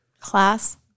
class